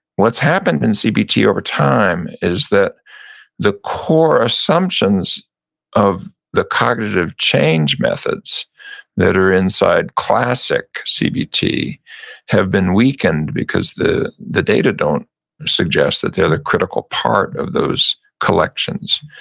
what's happened in cbt over time is that the core assumptions of the cognitive change methods that are inside classic cbt have been weakened, because the the data don't suggest that they're the critical part of those collections.